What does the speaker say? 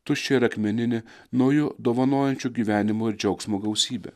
tuščią ir akmeninį nauju dovanojančiu gyvenimo ir džiaugsmo gausybę